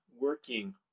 working